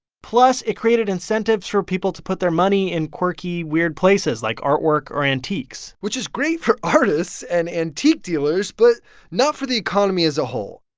plus, it created incentives for people to put their money in quirky, weird places, like artwork or antiques which is great for artists and antique dealers but not for the economy as a whole.